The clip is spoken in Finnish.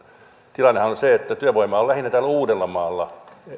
tilannehan on se että työvoimaa on lähinnä täällä uudellamaalla